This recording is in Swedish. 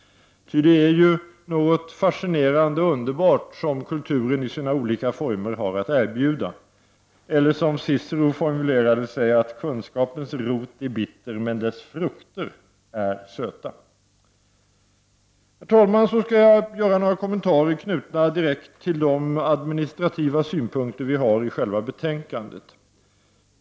Ty det är ju något fascinerande underbart som kulturen i sina olika former har att erbjuda, eller som Cicero formulerade sig: Kunskapens rot är bitter, men dess frukter är söta. Herr talman! Sedan skall jag göra några kommentarer direkt knutna till de administrativa synpunkter som återfinns i själva betänkandet.